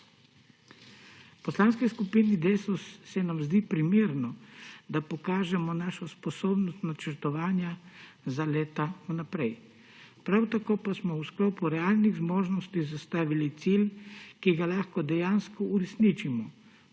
Poslanski skupini Desus se nam zdi primerno, da pokažemo svojo sposobnost načrtovanja za leta vnaprej. Prav tako pa smo si v sklopu realnih zmožnosti zastavili cilj, ki ga lahko dejansko uresničimo.